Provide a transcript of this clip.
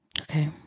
Okay